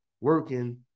working